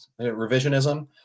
revisionism